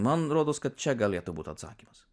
man rodos kad čia galėtų būt atsakymas